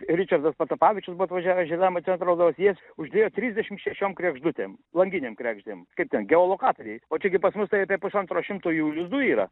ričardas patapavičius buvo atvažiavęs žiedam centro vadovas jis uždėjo trisdešimt šešiom kregždutėm langinėm kregždėm kaip ten geolokatoriai o čia gi pas mus tai apie pusantro šimto jų lizdų yra